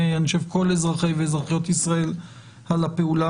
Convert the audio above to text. אני חושב בשם כל אזרחי ואזרחיות ישראל על הפעולה